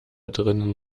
drinnen